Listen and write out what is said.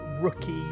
Rookie